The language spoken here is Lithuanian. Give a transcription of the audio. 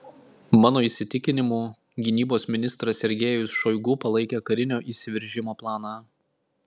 mano įsitikinimu gynybos ministras sergejus šoigu palaikė karinio įsiveržimo planą